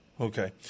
Okay